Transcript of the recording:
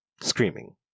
screaming